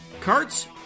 carts